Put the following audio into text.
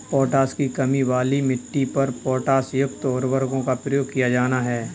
potash की कमी वाली मिट्टी पर पोटाशयुक्त उर्वरकों का प्रयोग किया जाना है